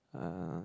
uh